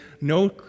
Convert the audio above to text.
no